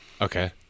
Okay